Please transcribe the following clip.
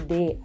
Day